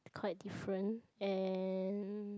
quite different and